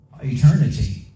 eternity